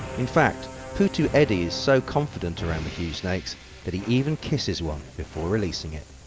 in fact putu edie is so confident around these snakes that he even kisses one before releasing it.